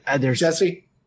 Jesse